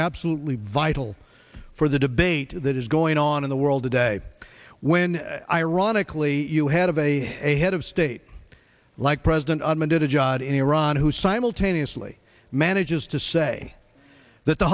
absolutely vital for the debate that is going on in the world today when ironically you had of a a head of state like president obama did a job in iran who simultaneously manages to say that the